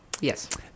Yes